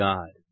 God